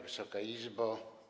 Wysoka Izbo!